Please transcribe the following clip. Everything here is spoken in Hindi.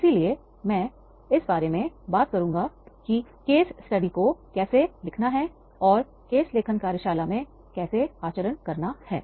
इसलिए मैं इस बारे में बात करूंगा कि केस स्टडी को कैसे लिखना है और केस लेखन कार्यशाला में कैसे आचरण करना है